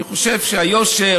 אני חושב שהיושר,